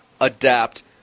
adapt